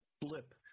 blip